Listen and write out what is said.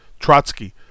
Trotsky